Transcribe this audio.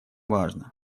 важно